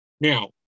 Now